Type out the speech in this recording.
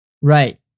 Right